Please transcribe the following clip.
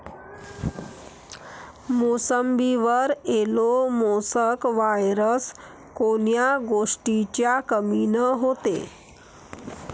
मोसंबीवर yellow mosaic virus कोन्या गोष्टीच्या कमीनं होते?